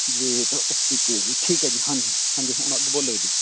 wait ਅੱਸੀ K G ਠੀਕ ਹੈ ਜੀ ਹਾਂਜੀ ਹਾਂਜੀ ਹੁਣ ਅੱਗੇ ਬੋਲੋ ਜੀ